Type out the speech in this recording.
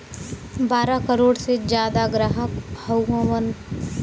बारह करोड़ से जादा ग्राहक हउवन